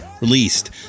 released